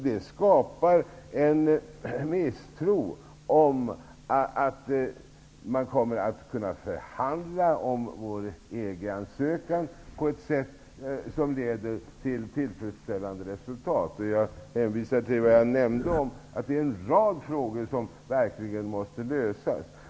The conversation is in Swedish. Det skapar en misstro mot att förhandlingarna om vår EG-ansökan kommer att ske på ett sätt som leder till tillfredsställande resultat. Det finns en rad frågor som måste lösas.